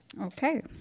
okay